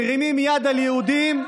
מרימים יד על יהודים,